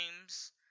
games